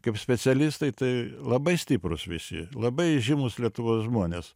kaip specialistai tai labai stiprūs visi labai įžymūs lietuvos žmonės